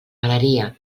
galeria